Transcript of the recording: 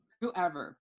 whoever